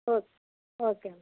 okay okay అమ్మ